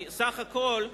כי סך הכול,